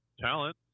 talent